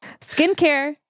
Skincare